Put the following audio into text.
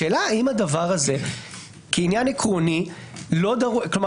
השאלה אם הדבר הזה כעניין עקרוני - כל זמן